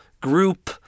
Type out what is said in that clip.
group